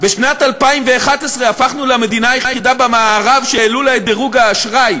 בשנת 2011 הפכנו למדינה היחידה במערב שהעלו לה את דרוג האשראי